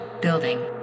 Building